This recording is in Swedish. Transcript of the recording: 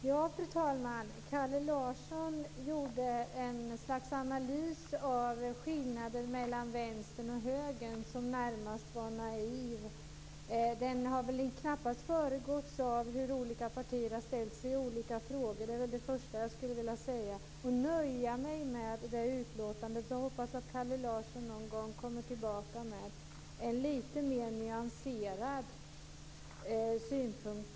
Fru talman! Kalle Larsson gjorde ett slags analys av skillnaden mellan Vänstern och Högern som närmast var naiv. Den har väl knappast föregåtts av hur olika partier har ställt sig i olika frågor. Jag får nöja mig med det utlåtandet. Jag hoppas att Kalle Larsson återkommer med lite mer nyanserade synpunkter.